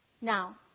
Now